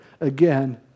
again